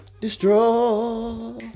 destroy